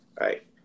right